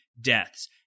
deaths